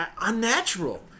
Unnatural